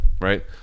right